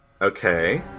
Okay